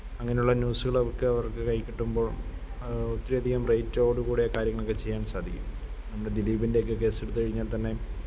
അങ്ങനുള്ള ന്യൂസുകളൊക്കെ അവര്ക്ക് കൈയ്യിൽ കിട്ടുമ്പോള് ഒത്തിരിയധികം റേറ്റോട് കൂടെ കാര്യങ്ങളൊക്കെ ചെയ്യാന് സാധിക്കും നമ്മുടെ ദിലീപിന്റെയക്കെ കേസെടുത്ത് കഴിഞ്ഞാല് തന്നെ